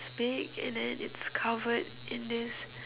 big and then it's covered in this